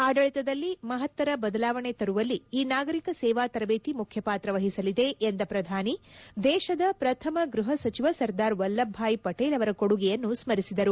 ಆಡಳಿತದಲ್ಲಿ ಮಹತ್ತರ ಬದಲಾವಣೆ ತರುವಲ್ಲಿ ಈ ನಾಗರಿಕ ಸೇವಾ ತರಬೇತಿ ಮುಖ್ಯಪಾತ್ರ ವಹಿಸಲಿದೆ ಎಂದ ಪ್ರಧಾನಿ ದೇಶದ ಪ್ರಥಮ ಗೃಹ ಸಚಿವ ಸರ್ದಾರ್ ವಲ್ಲಭ ಭಾಯ್ ಪಟೇಲ್ ಅವರ ಕೊಡುಗೆಯನ್ನು ಸ್ನರಿಸಿದರು